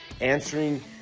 answering